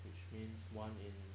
which means one in